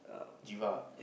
Giva ah